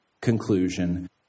conclusion